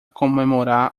comemorar